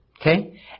Okay